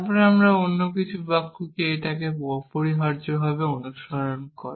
তারপর অন্য কিছু বাক্য কি এটিকে অপরিহার্যভাবে অনুসরণ করে